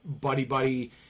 buddy-buddy